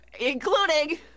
including